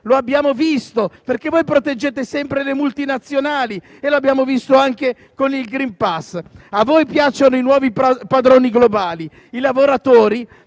lo abbiamo visto: proteggete sempre le multinazionali (l'abbiamo visto anche con il *green pass*). A voi piacciono i nuovi padroni globali e i lavoratori